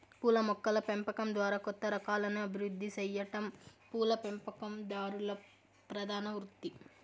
పూల మొక్కల పెంపకం ద్వారా కొత్త రకాలను అభివృద్ది సెయ్యటం పూల పెంపకందారుల ప్రధాన వృత్తి